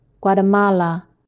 Guatemala